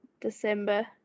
December